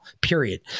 period